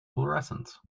fluorescence